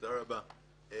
תודה רבה.